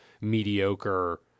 mediocre